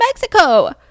Mexico